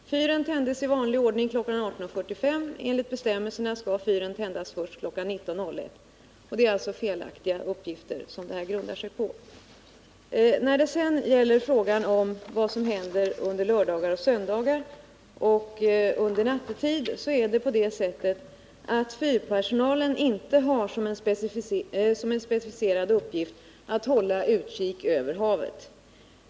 Fyren tändes i vanlig ordning kl. 18.45. Enligt bestämmelserna skall fyren tändas först kl. 19.01. Påståendet grundar sig alltså på felaktiga uppgifter. När det sedan gäller frågan om vad som händer under lördagar och söndagar samt nattetid vill jag framhålla att fyrpersonalen inte har såsom en specificerad uppgift att hålla utkik över havet.